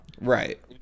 Right